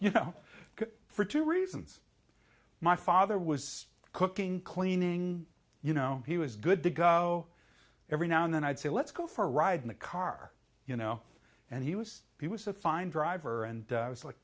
you know for two reasons my father was cooking cleaning you know he was good to go every now and then i'd say let's go for a ride in the car you know and he was he was a fine driver and i was like